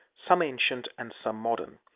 some ancient and some modern.